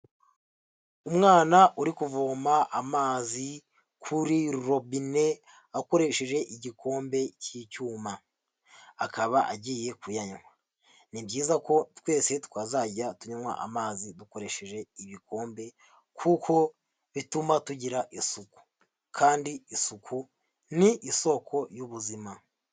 Umwana uri kuvoma amazi kuri robine, akoresheje igikombe cy'icyuma, akaba agiye kuyanywa. Ni byiza ko twese twazajya tunywa amazi dukoresheje ibikombe kuko bituma tugira isuku, kandi isuku ni isoko y'ubuzima.